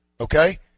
Okay